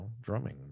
drumming